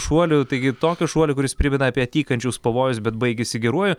šuolių taigi tokio šuolio kuris primena apie tykančius pavojus bet baigėsi geruoju